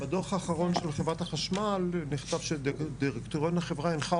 בדוח האחרון של חברת החשמל נכתב שדירקטוריון החברה הנחה